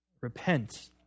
repent